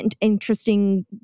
interesting